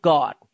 God